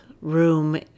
room